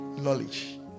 Knowledge